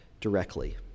directly